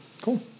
Cool